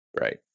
Right